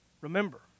Remember